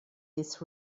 his